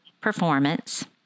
performance